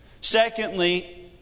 Secondly